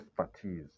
expertise